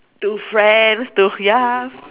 to friends to ya